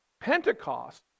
Pentecost